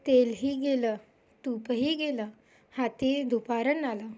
तेलही गेलं तुपही गेलं हाती धुपारणं आलं